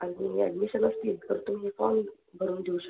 आणि तुम्ही ॲडमिशनंच फील करत आहे तर फॉर्म भरून देऊ शकता